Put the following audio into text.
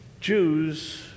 Jews